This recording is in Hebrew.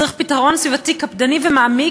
צריך פתרון סביבתי קפדני ומעמיק,